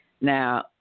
Now